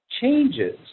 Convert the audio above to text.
changes